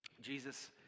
Jesus